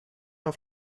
auf